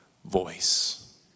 voice